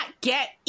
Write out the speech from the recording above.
get